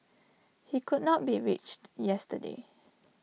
he could not be reached yesterday